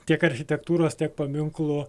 tiek architektūros tiek paminklų